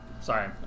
Sorry